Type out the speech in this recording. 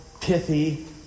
pithy